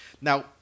Now